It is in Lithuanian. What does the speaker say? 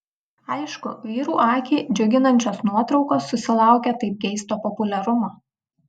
aišku vyrų akį džiuginančios nuotraukos susilaukia taip geisto populiarumo